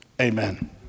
Amen